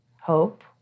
hope